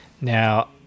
Now